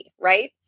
right